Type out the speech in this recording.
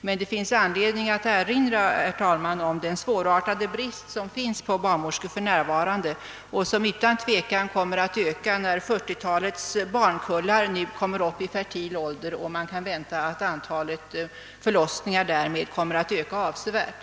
Men det finns all anledning att erinra om den svårartade brist på barnmorskor som råder och som utan tvivel kommer att öka när 40-talets barnkullar nu kommer upp i fertil ålder och antalet förlossningar sålunda kan väntas öka avsevärt.